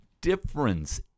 difference